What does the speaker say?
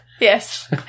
Yes